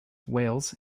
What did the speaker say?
wales